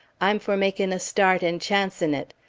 i'm for making a start and chancin' it.